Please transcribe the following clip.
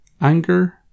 Anger